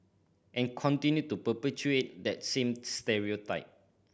and continue to perpetuate that same stereotype